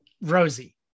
Rosie